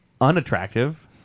unattractive